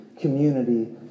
community